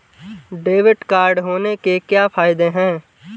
Debit card होने के क्या फायदे हैं?